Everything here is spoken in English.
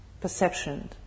perception